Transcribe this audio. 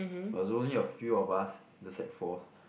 but is only a few of us the sec fours